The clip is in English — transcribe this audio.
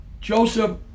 Joseph